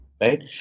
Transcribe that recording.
Right